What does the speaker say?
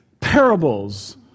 parables